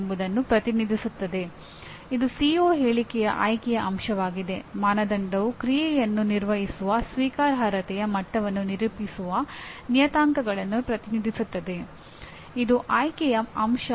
engineering ವಿಜ್ಞಾನ ಮತ್ತು ತಂತ್ರಜ್ಞಾನಗಳ ಕಳಪೆ ಜ್ಞಾನಕ್ಕೆ ಪರ್ಯಾಯ ವ್ಯವಸ್ಥೆ ಇಲ್ಲ